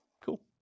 Cool